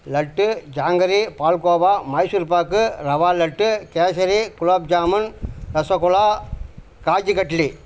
laddu jangiri palkova Mysore pak rava laddu kesari gulab jamun rasgulla kaju katli